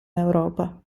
europa